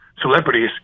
celebrities